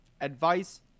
advice